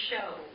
show